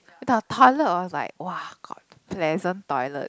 the tiler was like !wah! got pleasant toilet